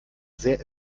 sehr